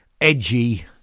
edgy